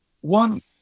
one